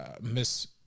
miss